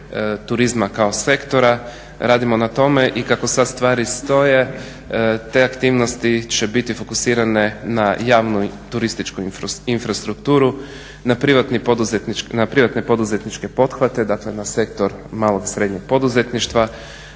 turizma kao sektora, radimo na tome i kako sad stvari stoje te aktivnosti će biti fokusirane na javnoj turističkoj infrastrukturi, na privatne poduzetničke pothvate, dakle na sektor malog i srednjeg poduzetništva.